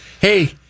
Hey